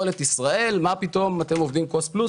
לשאול את ישראל מה פתאום אתם עובדים קוסט פלוס